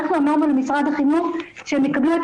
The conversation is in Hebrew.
אנחנו אמרנו למשרד החינוך שהם יקבלו את